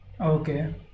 Okay